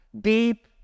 deep